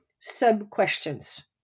sub-questions